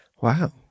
Wow